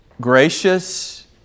gracious